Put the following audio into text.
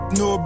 no